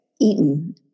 eaten